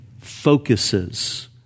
focuses